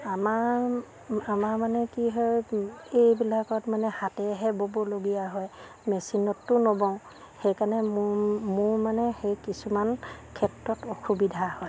আমাৰ আমাৰ মানে কি হয় এইবিলাকত মানে হাতেহে ব'বলগীয়া হয় মেচিনততো নবওঁ সেইকাৰণে মোৰ মোৰ মানে সেই কিছুমান ক্ষেত্ৰত অসুবিধা হয়